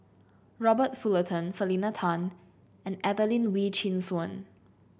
Robert Fullerton Selena Tan and Adelene Wee Chin Suan